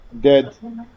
dead